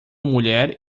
mulher